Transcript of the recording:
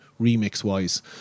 remix-wise